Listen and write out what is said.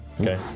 Okay